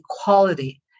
equality